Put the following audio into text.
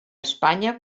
espanya